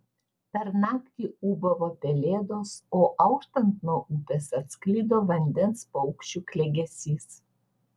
per naktį ūbavo pelėdos o auštant nuo upės atsklido vandens paukščių klegesys